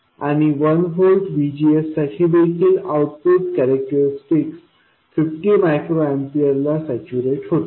आणि 1 व्होल्टVGSसाठी देखील आउटपुट कैरिक्टरिस्टिक 50 मायक्रो एम्पीयर ला सॅच्यूरेट होते